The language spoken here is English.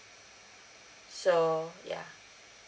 so ya